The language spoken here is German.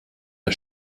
der